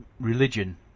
religion